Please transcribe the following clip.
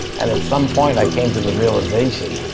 and at some point i came to the realization,